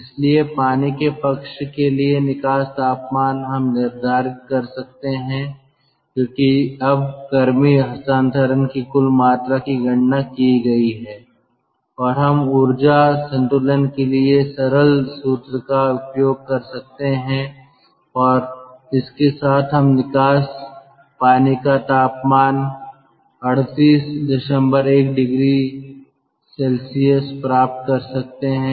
इसलिए पानी के पक्ष के लिए निकास तापमान हम निर्धारित कर सकते हैं क्योंकि अब गर्मी हस्तांतरण की कुल मात्रा की गणना की गई है और हम ऊर्जा संतुलन के लिए सरल सूत्र का उपयोग कर सकते हैं और इसके साथ हम निकास पानी का तापमान 381oC प्राप्त कर सकते हैं